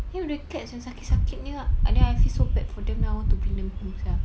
play with the cats yang sakit-sakit punya then I feel so bad for them now I want to bring them home sia